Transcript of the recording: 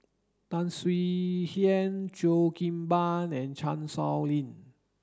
Tan Swie Hian Cheo Kim Ban and Chan Sow Lin